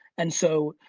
and so,